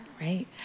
right